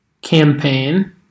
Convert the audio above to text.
campaign